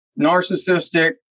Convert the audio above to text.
narcissistic